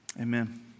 amen